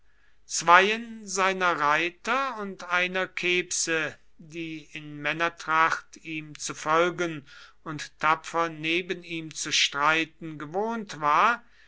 zweien seiner reiter und einer kebse die in männertracht ihm zu folgen und tapfer neben ihm zu streiten gewohnt war